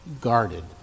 guarded